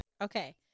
okay